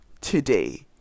Today